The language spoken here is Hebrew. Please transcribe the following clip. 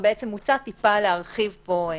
ומוצע להרחיב פה מעבר.